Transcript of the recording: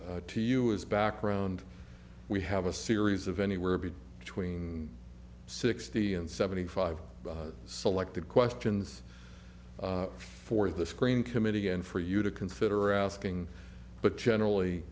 provided to you as background we have a series of anywhere be between sixty and seventy five selected questions for the screen committee and for you to consider asking but generally